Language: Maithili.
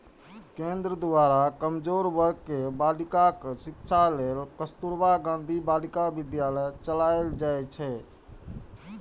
केंद्र द्वारा कमजोर वर्ग के बालिकाक शिक्षा लेल कस्तुरबा गांधी बालिका विद्यालय चलाएल जाइ छै